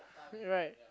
right